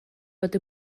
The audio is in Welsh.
bod